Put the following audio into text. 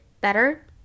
better